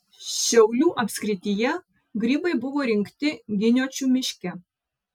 šiaulių apskrityje grybai buvo rinkti giniočių miške